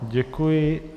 Děkuji.